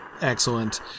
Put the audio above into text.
excellent